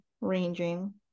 ranging